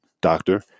doctor